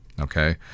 okay